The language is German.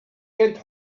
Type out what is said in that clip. kennt